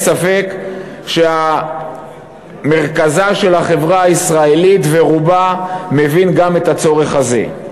אין ספק שמרכזה של החברה הישראלית ורובה מבין את הצורך הזה.